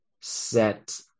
set